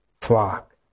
flock